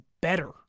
better